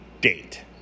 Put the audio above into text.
date